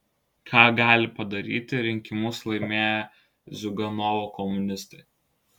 ką gali padaryti rinkimus laimėję ziuganovo komunistai